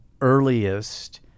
earliest